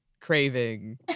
craving